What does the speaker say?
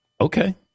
Okay